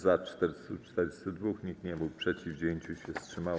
Za - 442, nikt nie był przeciw, 9 się wstrzymało.